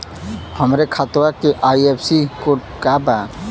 हमरे खतवा के आई.एफ.एस.सी कोड का बा?